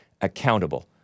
accountable